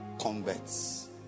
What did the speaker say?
converts